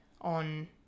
on